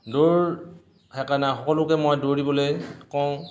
দৌৰ সেইকাৰণে সকলোকে মই দৌৰ দিবলৈ কওঁ